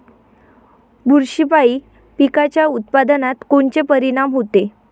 बुरशीपायी पिकाच्या उत्पादनात कोनचे परीनाम होते?